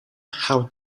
how